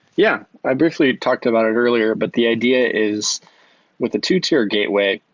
yeah. i briefly talked about it earlier, but the idea is with the two-tier gateway,